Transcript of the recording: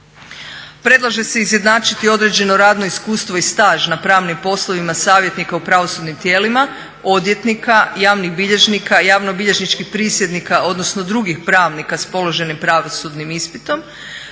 Predlaže se izjednačiti određeno radno iskustvo i staž na pravnim poslovima savjetnika u pravosudnim tijelima, odvjetnika, javnih bilježnika, javnobilježničkih prisjednika odnosno drugih pravnika s položenim pravosudnim ispitom